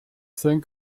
think